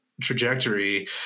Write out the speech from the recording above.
trajectory